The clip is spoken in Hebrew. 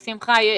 בשמחה.